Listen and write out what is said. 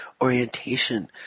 orientation